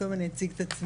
קודם אני אציג את עצמי,